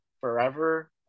forever